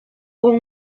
con